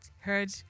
heard